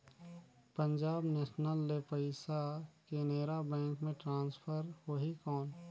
Punjab National ले पइसा Canara bank मे ट्रांसफर होहि कौन?